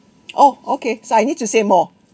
oh okay so I need to say more